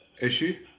issue